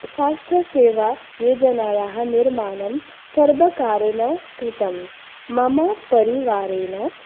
स्वास्थ्यसेवायोजनायाः निर्माणं सर्वकारेण कृतं मम परिवारेण